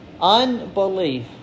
Unbelief